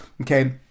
Okay